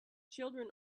children